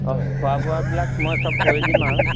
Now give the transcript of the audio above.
অঁ খোৱা বোৱাবিলাক মই চব কৰি দিম আৰু